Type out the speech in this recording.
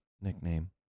nickname